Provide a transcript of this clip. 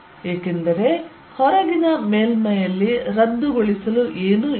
ಏಕೆಂದರೆ ಹೊರಗಿನ ಮೇಲ್ಮೈಯಲ್ಲಿ ರದ್ದುಗೊಳಿಸಲು ಏನೂ ಇಲ್ಲ